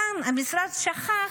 כאן המשרד "שכח"